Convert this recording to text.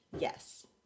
Yes